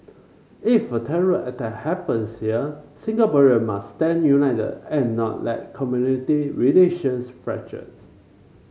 if a terror attack happens here Singaporean must stand united and not let community relations fracture